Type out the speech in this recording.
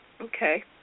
okay